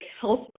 health